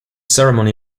ceremony